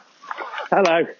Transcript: Hello